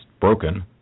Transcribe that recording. broken